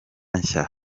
nshya